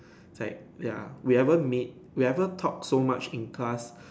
like ya we ever made we ever talk so much in class